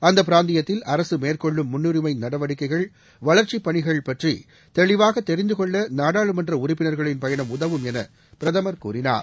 அந்த பிராந்தியத்தில் அரசு மேற்கொள்ளும் முன்னுரிமை நடவடிக்கைகள் வளர்ச்சிப் பணிகள் பற்றி தெளிவாக தெரிந்து கொள்ள நாடாளுமன்ற உறுப்பினர்களின் பயணம் உதவும் என பிரதமர் கூறினார்